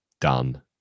done